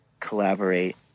collaborate